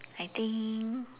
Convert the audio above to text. I think